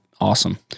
awesome